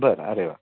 बरं अरे वा